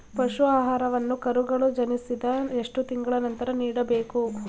ಪಶು ಆಹಾರವನ್ನು ಕರುಗಳು ಜನಿಸಿದ ಎಷ್ಟು ತಿಂಗಳ ನಂತರ ನೀಡಬೇಕು?